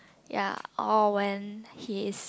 ya or when he is